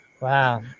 Wow